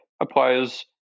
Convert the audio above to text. applies